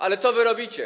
Ale co wy robicie?